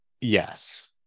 yes